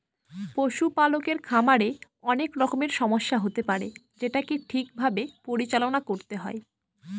পশুপালকের খামারে অনেক রকমের সমস্যা হতে পারে যেটাকে ঠিক ভাবে পরিচালনা করতে হয়